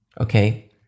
okay